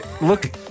look